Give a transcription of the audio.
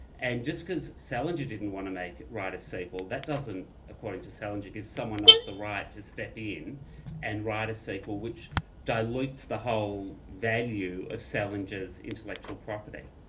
and just because salinger didn't want to write a sequel, that doesn't, according to salinger, give someone else the right to step in and write a sequel which dilutes the whole value of salinger's intellectual property.